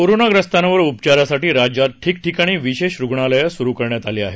कोरोनाग्रस्तांवर उपचारासाठी राज्यात ठिकठिकाणी विशेष रुग्णालयं सुरू करण्यात आली आहेत